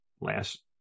last